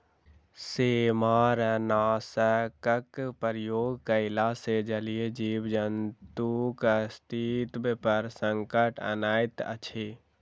सेमारनाशकक प्रयोग कयला सॅ जलीय जीव जन्तुक अस्तित्व पर संकट अनैत अछि